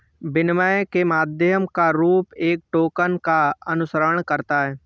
विनिमय के माध्यम का रूप एक टोकन का अनुसरण करता है